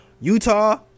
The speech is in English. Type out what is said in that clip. Utah